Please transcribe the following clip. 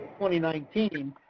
2019